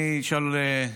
אני הייתי